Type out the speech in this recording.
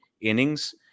innings